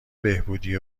بهبودی